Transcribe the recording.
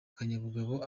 akanyabugabo